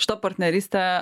šita partnerystė